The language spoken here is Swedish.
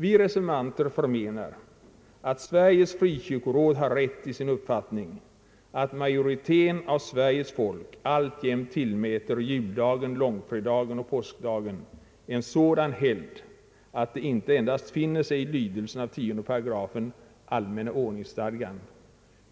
Vi reservanter förmenar att Sveriges frikyrkoråd har rätt i sin uppfattning att majoriteten av Sveriges folk alltjämt tillmäter juldagen, långfredagen och påskdagen en sådan helgd att de ej endast finner sig i lydelsen av 10 § allmänna ordningsstadgan